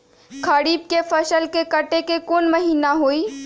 खरीफ के फसल के कटे के कोंन महिना हई?